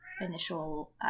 initial